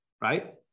right